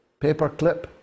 paperclip